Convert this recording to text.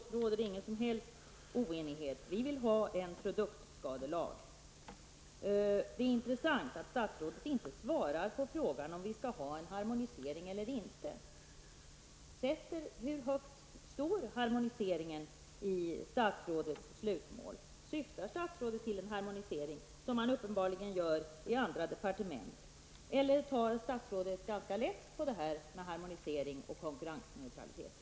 Herr talman! Nej, statsrådet, på den punkten råder det ingen som helst oenighet. Vi vill ha en produktskadelag. Det är intressant att statsrådet inte svarar på frågan om huruvida vi skall ha en harmonisering eller inte. Hur högt står en harmonisering i statsrådets slutmål? Syftar statsrådet till en harmonisering, vilket man uppenbarligen gör i andra departement? Eller tar statsrådet ganska lätt på frågan om harmonisering och konkurrensneutralitet?